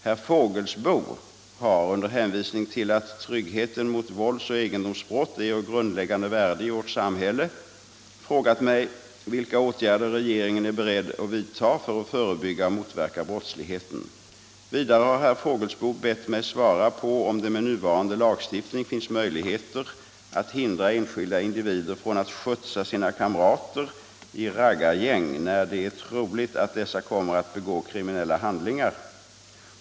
Herr Fågelsbo har — under hänvisning till att tryggheten mot våldsoch egendomsbrott är av grundläggande värde i vårt samhälle — frågat mig vilka åtgärder regeringen är beredd att vidta för att förebygga och motverka brottsligheten. Vidare har herr Fågelsbo bett mig svara på om det med nuvarande lagstiftning finns möjligheter att hindra enskilda individer från att skjutsa sina kamrater i ”raggargäng” när det är troligt att dessa kommer att begå kriminella handlingar.